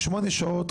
שמונה שעות,